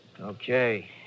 Okay